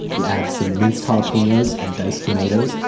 you add some minced jalapenos and diced tomatoes,